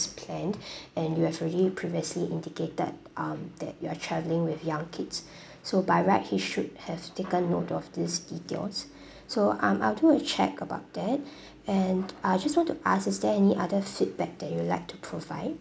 planned and you have already previously indicated um that you are travelling with young kids so by right he should have taken note of this details so um I'll do a check about that and I just want to ask is there any other feedback that you like to provide